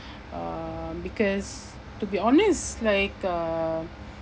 uh because to be honest like uh